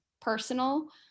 personal